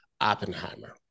Oppenheimer